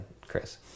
Chris